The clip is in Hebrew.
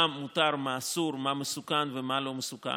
מה מותר, מה אסור, מה מסוכן ומה לא מסוכן,